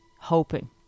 hoping